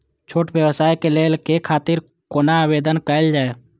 छोट व्यवसाय के लोन के खातिर कोना आवेदन कायल जाय?